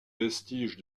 vestiges